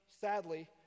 sadly